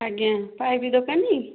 ଆଜ୍ଞା ପାଇପ୍ ଦୋକାନୀ